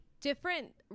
different